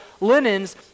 linens